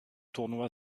tournoi